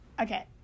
okay